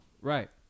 Right